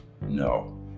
no